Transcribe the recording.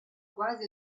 quasi